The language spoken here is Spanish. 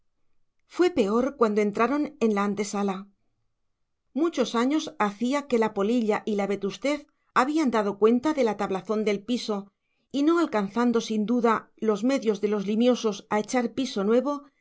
fue peor cuando entraron en la antesala muchos años hacía que la polilla y la vetustez habían dado cuenta de la tablazón del piso y no alcanzando sin duda los medios de los limiosos a echar piso nuevo